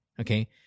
Okay